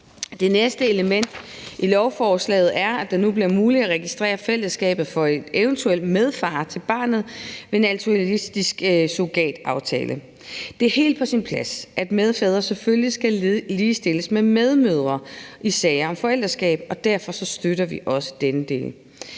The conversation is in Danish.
Det næste element i lovforslaget er, at det nu bliver muligt at registrere fællesskabet for en eventuel medfar til barnet med en altruistisk surrogataftale. Det er helt på sin plads, at medfædre selvfølgelig skal ligestilles med medmødre i sager om forældreskab, og derfor så støtter vi også den del.